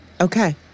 Okay